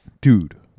Dude